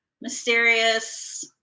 mysterious